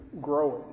growing